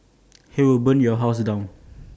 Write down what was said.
he will burn your house down